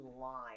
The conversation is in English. line